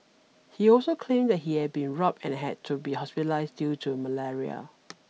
he also claimed that he had been robbed and had to be hospitalised due to malaria